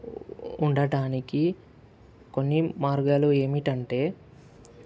ఉండటానికి కొన్ని మార్గాలు ఏమిటి అంటే